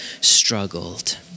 struggled